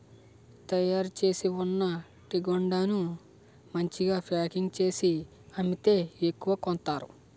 తయారుచేసి ఉన్న టీగుండను మంచిగా ప్యాకింగ్ చేసి అమ్మితే ఎక్కువ కొంతారు